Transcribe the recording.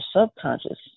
subconscious